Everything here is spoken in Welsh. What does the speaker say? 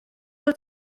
wyt